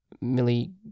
Millie